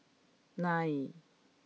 nine